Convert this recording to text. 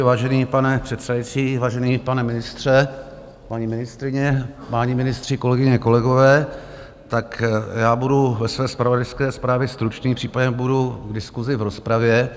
Vážený pane předsedající, vážený pane ministře, paní ministryně, páni ministři, kolegyně, kolegové, budu ve své zpravodajské zprávě stručný, případně budu k diskusi v rozpravě.